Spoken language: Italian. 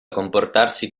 comportarsi